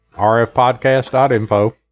rfpodcast.info